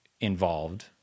involved